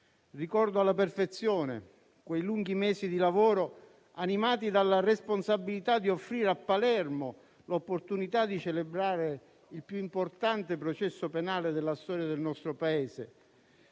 Ricordo alla perfezione quei lunghi mesi di lavoro, animati dalla responsabilità di offrire a Palermo l'opportunità di celebrare il più importante processo penale della storia del nostro Paese.